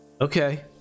okay